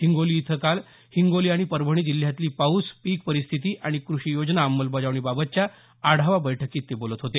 हिंगोली इथं काल हिंगोली आणि परभणी जिल्ह्यातली पाऊस पीक परिस्थिती आणि कृषी योजना अंमलबजावणीबाबतच्या आढावा बैठकीत ते काल बोलत होते